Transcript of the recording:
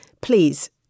please